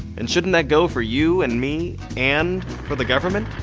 and shouldn't that go for you and me. and for the government?